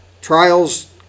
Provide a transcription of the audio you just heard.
Trials